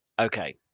Okay